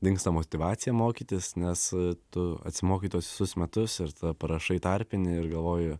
dingsta motyvacija mokytis nes tu atsimokai tuos visus metus ir tada parašai tarpinę ir galvoji